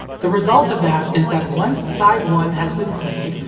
the result of that is that once side one has been played,